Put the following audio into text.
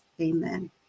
Amen